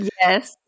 yes